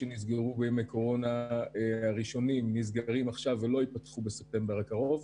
מה שנקרא סעיף קורונה בהסכמים חוזיים ביניכם לבין ההורים